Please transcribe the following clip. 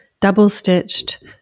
double-stitched